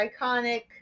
iconic